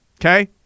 okay